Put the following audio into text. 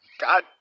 god